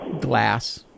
glass